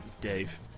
Dave